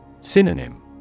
Synonym